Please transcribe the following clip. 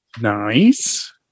Nice